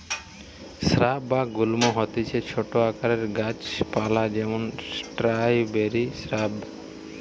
shrub বা গুল্ম হতিছে ছোট আকারের গাছ পালা যেমন স্ট্রওবেরি শ্রাব